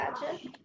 Gotcha